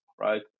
right